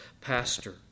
pastor